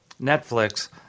Netflix